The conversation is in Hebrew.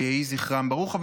ויהי זכרם ברוך.